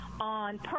on